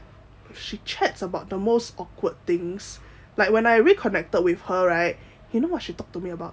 she chats about the most awkward things like when I reconnected with her right you know what she talked to me about